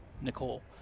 Nicole